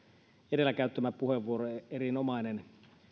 edellä käyttämä puheenvuoro oli erinomainen